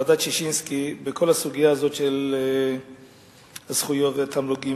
ועדת-ששינסקי בכל הסוגיה הזאת של הזכויות והתמלוגים,